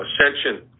Ascension